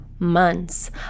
months